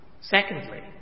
secondly